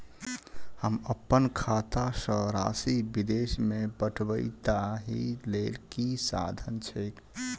हम अप्पन खाता सँ राशि विदेश मे पठवै ताहि लेल की साधन छैक?